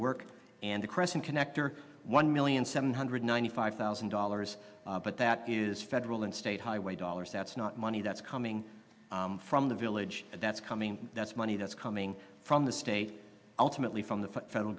work and the question connector one million seven hundred ninety five thousand dollars but that is federal and state highway dollars that's not money that's coming from the village that's coming that's money that's coming from the state ultimately from the federal